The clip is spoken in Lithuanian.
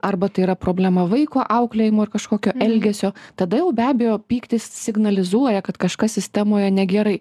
arba tai yra problema vaiko auklėjimo ar kažkokio elgesio tada jau be abejo pyktis signalizuoja kad kažkas sistemoje negerai